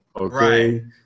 okay